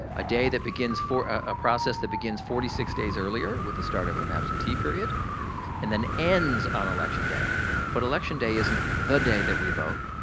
a day that begins four, a process that begins forty six days earlier with the start of an absentee period and then ends on election day but election day isn't the day that we vote.